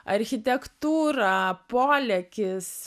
architektūra polėkis